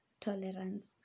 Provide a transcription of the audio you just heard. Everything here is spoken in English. tolerance